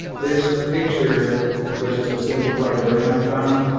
this picture was just a simplified version i found.